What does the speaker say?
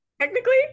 technically